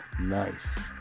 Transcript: Nice